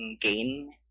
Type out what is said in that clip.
gain